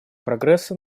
прогресса